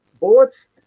bullets